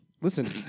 Listen